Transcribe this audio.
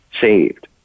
saved